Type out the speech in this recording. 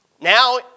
Now